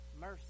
mercy